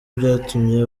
byatumye